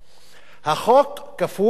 החוק כפוף למתנחלים.